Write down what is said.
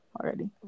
already